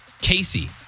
Casey